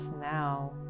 now